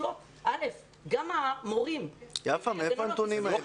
יפה, מאיפה הנתונים האלה?